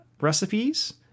recipes